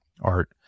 art